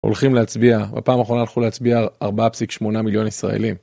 הולכים להצביע, בפעם האחרונה הלכו להצביע ארבעה פסיק שמונה מיליון ישראלים.